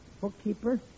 Bookkeeper